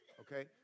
Okay